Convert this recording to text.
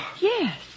Yes